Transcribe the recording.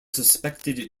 suspected